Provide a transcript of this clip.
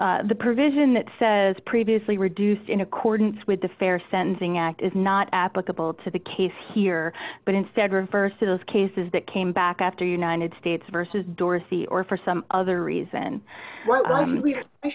the provision that says previously reduced in accordance with the fair sentencing act is not applicable to the case here but instead refers to those cases that came back after united states versus dorsey or for some other reason